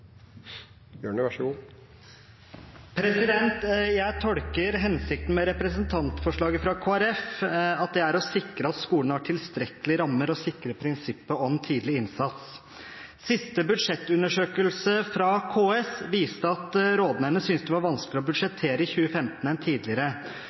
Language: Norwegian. å sikre at skolen har tilstrekkelige rammer for å sikre prinsippet om tidlig innsats. Siste budsjettundersøkelse fra KS viste at rådmennene syntes det var vanskeligere å budsjettere i 2015 enn tidligere.